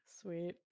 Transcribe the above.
Sweet